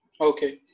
okay